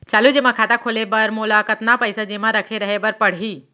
चालू जेमा खाता खोले बर मोला कतना पइसा जेमा रखे रहे बर पड़ही?